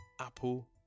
apple